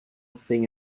thing